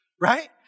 right